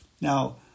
Now